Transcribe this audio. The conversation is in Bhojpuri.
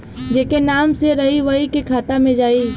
जेके नाम से रही वही के खाता मे जाई